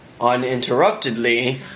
uninterruptedly